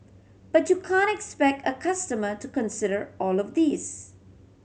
but you can't expect a customer to consider all of this